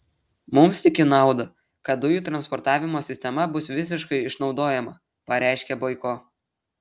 mums tik į naudą kad dujų transportavimo sistema bus visiškai išnaudojama pareiškė boiko